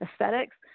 aesthetics